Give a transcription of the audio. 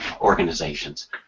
organizations